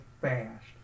fast